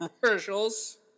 commercials